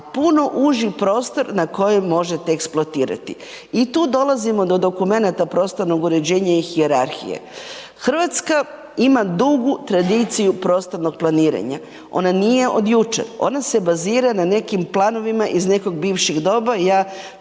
puno uži prostor na koji možete eksploatirati i tu dolazimo do dokumenata prostornog uređenja i hijerarhije. Hrvatska ima dugu tradiciju prostornog planiranja, ona nije od jučer, ona se bazira na nekim planovima iz nekog bivšeg doba,